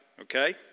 okay